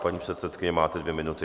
Paní předsedkyně, máte dvě minuty.